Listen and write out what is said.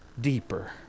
deeper